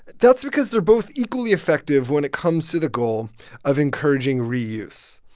that's because they're both equally effective when it comes to the goal of encouraging reuse.